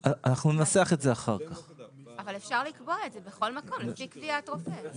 אפשר בכל מקום לקבוע לפי קביעת רופא.